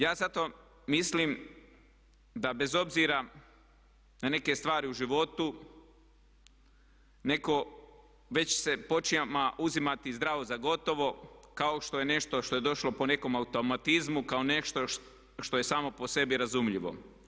Ja zato mislim da bez obzira na neke stvari u životu nekako već se počinje uzimati zdravo za gotovo kao što je nešto što je došlo po nekom automatizmu, kao nešto što je samo po sebi razumljivo.